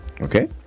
okay